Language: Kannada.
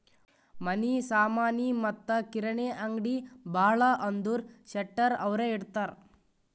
ಮನಿ ಸಾಮನಿ ಮತ್ತ ಕಿರಾಣಿ ಅಂಗ್ಡಿ ಭಾಳ ಅಂದುರ್ ಶೆಟ್ಟರ್ ಅವ್ರೆ ಇಡ್ತಾರ್